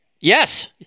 Yes